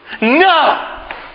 No